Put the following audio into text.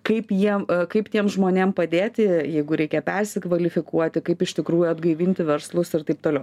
kaip jiem kaip tiem žmonėm padėti jeigu reikia persikvalifikuoti kaip iš tikrųjų atgaivinti verslus ir taip toliau